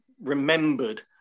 remembered